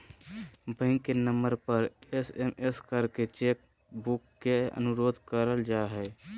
bank के number पर SMS करके चेक बुक ले अनुरोध कर जा हय